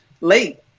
late